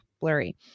blurry